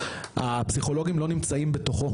והפסיכולוגים לא נמצאים בתוכו,